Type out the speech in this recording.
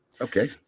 Okay